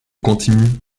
continues